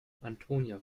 antonia